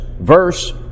verse